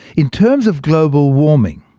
in terms of global warming,